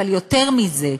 אבל יותר מזה,